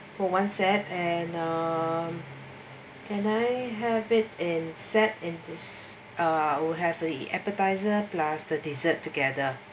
for one set and uh can I have it and set in this uh will heavily appetiser plus the dessert together